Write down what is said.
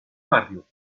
barrio